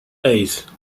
eight